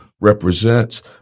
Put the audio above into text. represents